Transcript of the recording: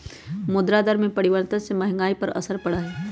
मुद्रा दर में परिवर्तन से महंगाई पर असर पड़ा हई